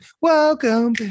Welcome